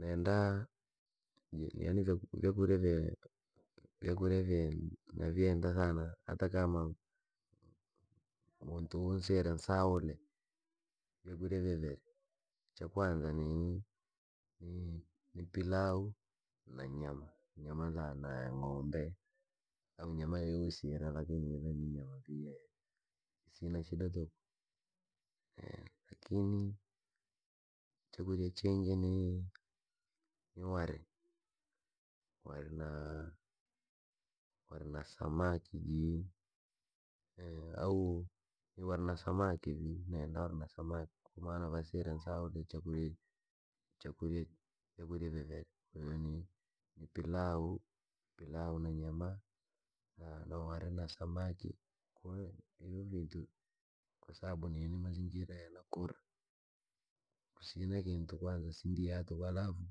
Nendaa, yani yaani vyabu vyakunya vye navyenda sana hata kama, muntu unsire nsaule, vyakurya vyevye, chakwanza ni- ni- nipilau na nyama nyama la na n'gombe, au nyama yoyosi ira lakini ive ninyama ye, isina shida tuku. lakini, chakurya chingi ni ware, ware na, ware na samaki jii, au, ni ware na samaki vii nenda ware na samaki mana vansire nisaule chakurya, chakurya viviri kwahiyo ni pilau, pilau na nyamaa, na ware na samaki. Kwa hivo vintu, kwasababu nini mazingira ye nakurra, kusina kintu kwanza sindia tuku alafu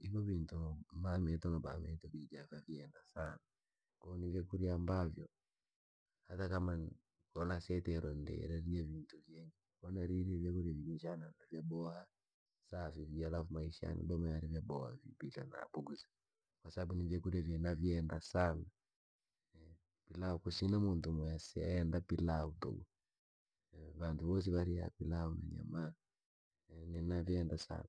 ivo vintu mu- mameto na bamito na mamito vija vavyenda sana, ko ni vyakurya ambavyo, hata kama ko nasitirwe ndire riya vintu vingi, ko naririre vyakurya viri mchaa na vyaboha, safi vye alafu maisha yalidoma yali vyaboha vii bila na bughuza, kwasababu ni vyakurya vye navyenda sana, pilau kusina muntu mwe sienda pilau tuku, vantu vosi variya pilau na nyama, na ni navyenda sana.